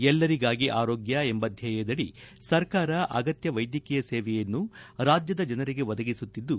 ಎಲ್ಲರಿಗಾಗಿ ಆರೋಗ್ಯ ಎಂಬ ಧ್ವೇಯದಡಿ ಸರ್ಕಾರ ಅಗತ್ಯ ವೈದ್ಯಕೀಯ ಸೇವೆಯನ್ನು ರಾಜ್ಯದ ಜನರಿಗೆ ಒದಗಿಸುತ್ತಿದ್ದು